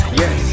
yes